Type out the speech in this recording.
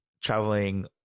traveling